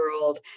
world